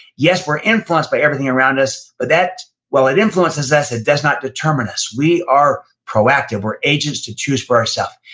yes, we're influenced by everything around us but that, well, it influences us, it does not determine us. us. we are proactive, we're agents to choose for ourself.